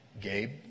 Gabe